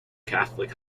catholic